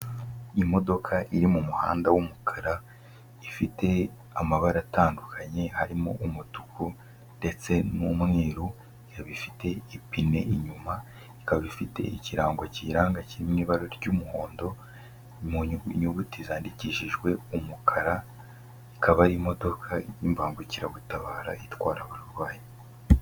Imodoka iri mu muhanda w'umukara ifite amabara atandukanye, harimo umutuku ndetse n'umweru ikaba ifite ipine inyuma, ikaba ifite ikirango kiyiranga kiri mu ibara ry'umuhondo mu nyuguti zandikishijwe umukara, ikaba ari imodoka y'ibangukiragutabara itwara abarwayi.